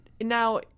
Now